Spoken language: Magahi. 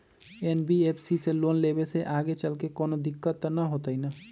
एन.बी.एफ.सी से लोन लेबे से आगेचलके कौनो दिक्कत त न होतई न?